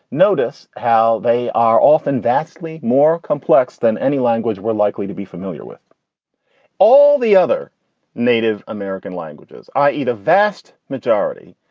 notice how they are often vastly more complex than any language we're likely to be familiar with all the other native american languages, i e, the vast majority,